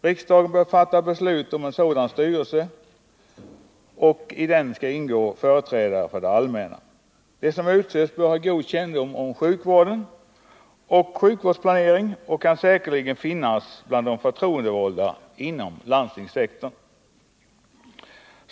Riksdagen bör fatta beslut om en sådan styrelse, i vilken skall ingå företrädare för det allmänna. De som utses bör ha god kännedom om sjukvård och sjukvårdsplanering och kan säkerligen finnas bland de förtroendevalda inom landstingssektorn.